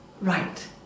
right